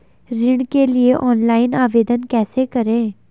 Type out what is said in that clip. ऋण के लिए ऑनलाइन आवेदन कैसे करें?